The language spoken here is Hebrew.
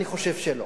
אני חושב שלא.